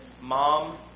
Mom